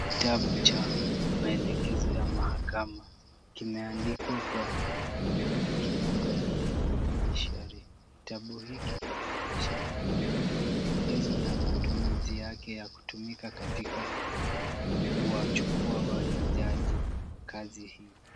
Kitabu cha maelekezo ya mahakama, kimeandikwa kwa lugha ya kimombo ya judiciary . Kitabu hiki kinaonyesha maelekezo na matumizi yake ya kutumika katika kuwachukua majaji kwa kazi hii.